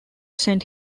sent